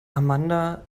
amanda